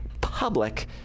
public